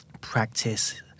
practice